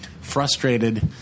frustrated